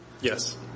Yes